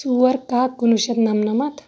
ژور کہہ کُنوُہ شیٚتھ نَمنَمَتھ